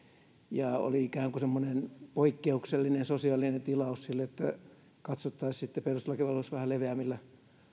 niin oli ikään kuin semmoinen poikkeuksellinen sosiaalinen tilaus sille että katsottaisiin sitten perustuslakivaliokunnassa vähän leveämmillä